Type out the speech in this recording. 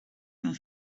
van